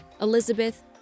Elizabeth